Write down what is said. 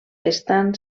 estan